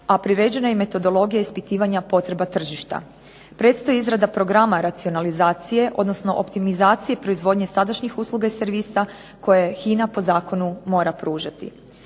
a priređena je i metodologija ispitivanja potreba tržišta. Predstoji izrada programa racionalizacije odnosno optimizacije proizvodnje sadašnjih usluga i servisa koje HINA po zakonu mora pružati.